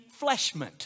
fleshment